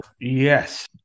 Yes